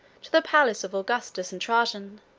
to the palace of augustus and trajan.